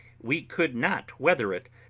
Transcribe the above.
we could not weather it,